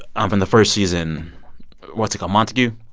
um from the first season what's it called montague?